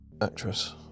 actress